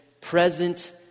present